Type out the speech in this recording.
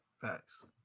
Facts